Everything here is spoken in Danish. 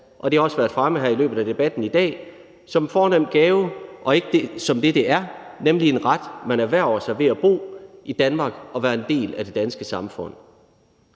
og det har også været fremme i løbet af debatten her i dag – som en fornem gave og ikke som det, der er, nemlig en ret, man erhverver sig ved at bo i Danmark og være en del af det danske samfund.